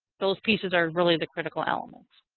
those pieces are really the critical elements.